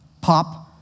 Pop